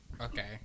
Okay